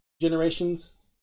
generations